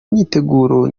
myiteguro